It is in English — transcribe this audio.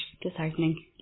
disheartening